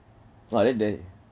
!wah! then they